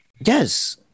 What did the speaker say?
Yes